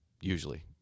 usually